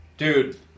Dude